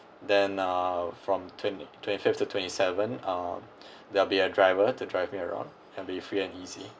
then uh from twenty twenty fifth twenty seventh uh there will be a driver to drive me around and be free and easy